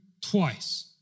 twice